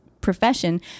profession